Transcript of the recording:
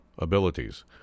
abilities